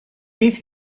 bydd